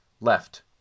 left